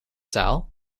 taal